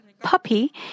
puppy